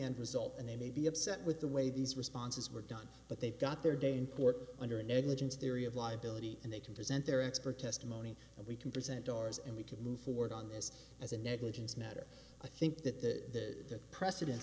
end result and they may be upset with the way these responses were done but they've got their day in court under a negligence theory of liability and they can present their expert testimony and we can present doors and we can move forward on this as a negligence matter i think that the preceden